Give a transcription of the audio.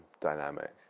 dynamic